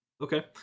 okay